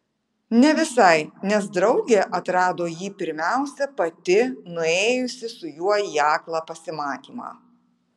ne visai nes draugė atrado jį pirmiausia pati nuėjusi su juo į aklą pasimatymą